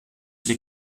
les